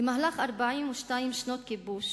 במהלך 42 שנות כיבוש